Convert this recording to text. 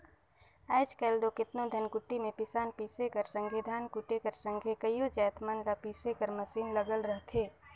आएज काएल दो केतनो धनकुट्टी में पिसान पीसे कर संघे धान कूटे कर संघे कइयो जाएत मन ल पीसे कर मसीन लगल रहथे